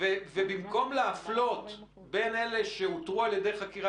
ובמקום להפלות בין אלה שאותרו על ידי חקירה